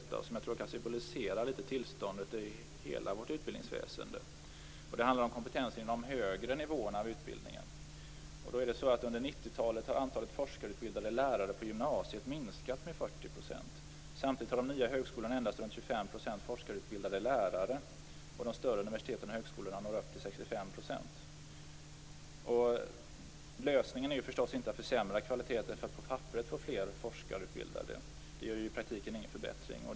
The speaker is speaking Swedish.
Jag tror att de litet grand kan symbolisera tillståndet i hela vårt utbildningsväsende. De handlar om kompetensen på de högre nivåerna av utbildningen. Under 90-talet har antalet forskarutbildade lärare på gymnasiet minskat med 40 %. Samtidigt har den nya högskolan endast runt 25 % forskarutbildade lärare. De större universiteten och högskolorna når upp till 65 %. Lösningen på problemet är förstås inte att försämra kvaliteten för att få fler forskarutbildade på papperet. Det är ju i praktiken ingen förbättring.